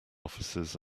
officers